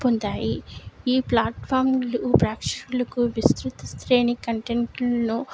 పొందాయి ఈ ప్లాట్ఫార్మ్లు ప్రేక్షకులకు విస్తృతి శ్రేణి కంటెంట్ లను